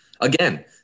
again